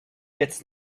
its